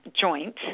joint